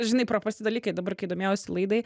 žinai paprasti dalykai dabar kai domėjausi laidai